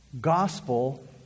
gospel